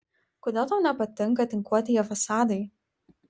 kodėl tau nepatinka tinkuotieji fasadai